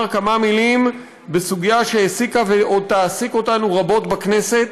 כמה דברים בסוגיה שהעסיקה ועוד תעסיק אותנו רבות בכנסת,